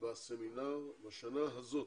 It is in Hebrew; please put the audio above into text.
בסמינר בשנה הזאת.